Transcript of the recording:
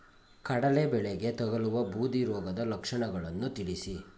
ಕಡಲೆ ಬೆಳೆಗೆ ತಗಲುವ ಬೂದಿ ರೋಗದ ಲಕ್ಷಣಗಳನ್ನು ತಿಳಿಸಿ?